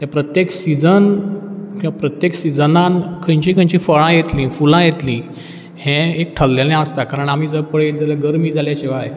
तें प्रत्येक सिजन किंवा प्रत्येक सिजनान खंयचीं खंयचीं फळां येतलीं फुलां येतलीं हें एक ठरलेलें आसता कारण आमी जर पळयत जाल्यार गरमी जाल्या शिवाय